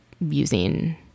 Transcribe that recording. using